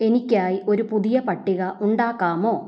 എനിക്കായി ഒരു പുതിയ പട്ടിക ഉണ്ടാക്കാമോ